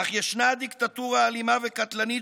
אך ישנה דיקטטורה אלימה וקטלנית,